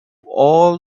all